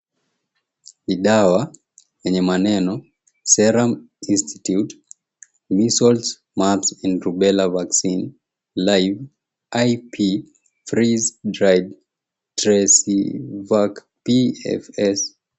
Ni dawa yenye maneno, Serum Institute, Measles, Mumps and Rubella Vaccine, Live IP freeze dried, Tresivac PFS.